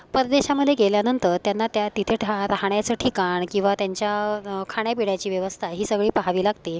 परदेशामध्ये गेल्यानंतर त्यांना त्या तिथे ठा राहाण्याचं ठिकाण किंवा त्यांच्या खाण्यापिण्याची व्यवस्था ही सगळी पहावी लागते